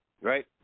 right